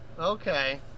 Okay